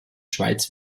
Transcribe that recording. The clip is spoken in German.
schweiz